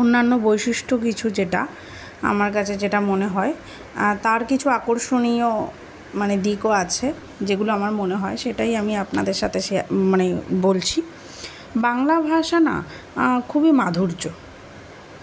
অন্যান্য বৈশিষ্ট্য কিছু যেটা আমার কাছে যেটা মনে হয় তার কিছু আকর্ষণীয় মানে দিকও আছে যেগুলো আমার মনে হয় সেটাই আমি আপনাদের সাথে শেয়ার মানে বলছি বাংলা ভাষা না খুবই মাধুর্য